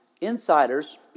insiders